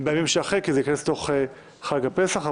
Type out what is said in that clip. בימים שאחרי כי זה ייכנס אל תוך חג הפסח,